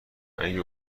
اگه